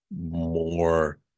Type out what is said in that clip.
more